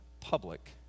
public